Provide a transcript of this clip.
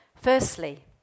Firstly